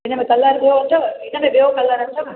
हिनमें कलर ॿियो अथव हिनमें ॿियो कलर अथव